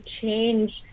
change